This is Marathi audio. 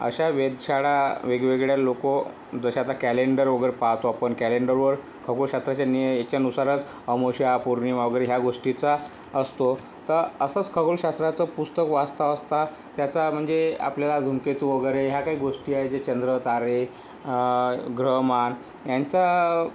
अशा वेधशाळा वेगवेगळ्या लोकं जसे आता कॅलेंडर वगैरे पाहतो आपण कॅलेंडरवर खगोलशास्त्राच्या नी ह्याच्यानुसारच अमावस्या पौर्णिमा वगैरे ह्या गोष्टीचा असतो तर असंच खगोलशास्त्राचं पुस्तक वाचता वाचता त्याचा म्हणजे आपल्याला धूमकेतू वगैरे ह्या काही गोष्टी आहेत जे चंद्र तारे ग्रहमान यांचा